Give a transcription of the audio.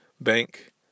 bank